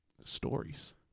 Stories